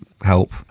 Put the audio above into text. help